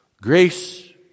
Grace